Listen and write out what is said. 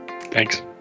Thanks